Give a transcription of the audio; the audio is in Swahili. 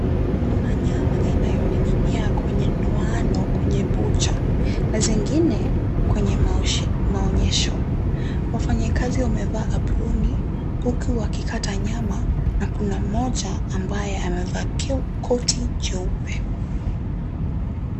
Kuna nyama inayoning'inia kwenye ndoana kwenye bucha na zingine kwenye maonyesho. Wafanyikazi wamevaa aproni huku wakikata nyama na kuna mmoja ambaye amevaa koti jeupe.